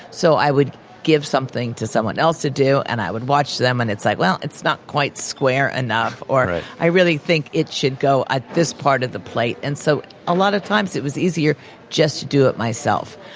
so i would give something to someone else to do and i would watch them and it's like, well it's not quite square enough or i really think it should go at this part of the plate. and so a lot of times it was easier just to do it myself.